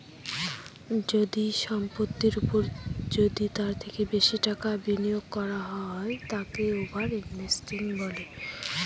যদি সম্পত্তির ওপর যদি তার থেকে বেশি টাকা বিনিয়োগ করা হয় তাকে ওভার ইনভেস্টিং বলে